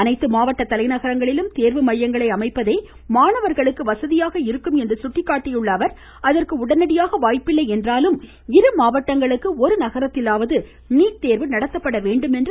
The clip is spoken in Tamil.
அனைத்து மாவட்ட தலைநகரங்களிலும் தேர்வு மையங்களை அமைப்பதே மாணவர்களுக்கு வசதியாக இருக்கும் என்று சுட்டிக்காட்டியுள்ள அவர் அதற்கு உடனடியாக வாய்ப்பில்லை என்றாலும் இரு மாவட்டங்களுக்கு ஒரு நகரத்திலாவது நீட் தேர்வு நடத்தப்பட வேண்டும் என்று கோரியிருக்கிறார்